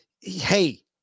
hey